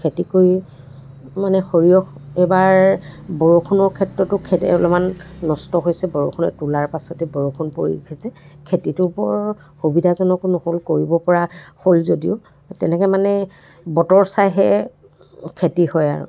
খেতি কৰি মানে সৰিয়হ এইবাৰ বৰষুণৰ ক্ষেত্ৰতো খেতি অলপমান নষ্ট হৈছে বৰষুণে তোলাৰ পাছতে বৰষুণ পৰিলে যে খেতিটো বৰ সুবিধাজনকো নহ'ল কৰিব পৰা হ'ল যদিও তেনেকৈ মানে বতৰ চাইহে খেতি হয় আৰু